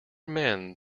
men